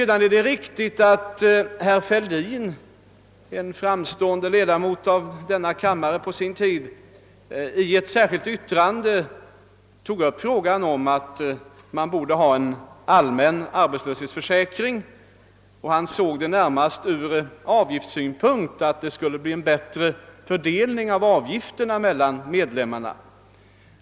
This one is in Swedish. Det är riktigt att herr Fälldin, på sin tid en framstående ledamot av denna kammare, i ett särskilt yttrande tog upp frågan om att en allmän arbetslöshetsförsäkring borde införas. Han såg frågan närmast från avgiftssynpunkt och menade att det härigenom skulle bli en bättre fördelning av avgifterna mellan löntagarna.